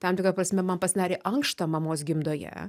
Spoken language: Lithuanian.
tam tikra prasme man pasidarė ankšta mamos gimdoje